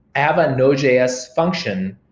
have a node js function.